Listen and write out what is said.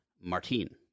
Martine